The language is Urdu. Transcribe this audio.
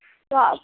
تو آپ